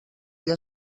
ella